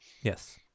Yes